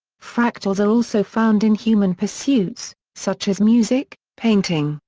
fractals are also found in human pursuits, such as music, painting,